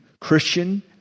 Christian